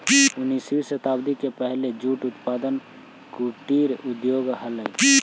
उन्नीसवीं शताब्दी के पहले जूट उद्योग कुटीर उद्योग हलइ